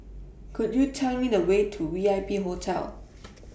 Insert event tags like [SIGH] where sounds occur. Could YOU Tell Me The Way to V I P Hotel [NOISE]